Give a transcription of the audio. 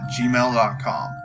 gmail.com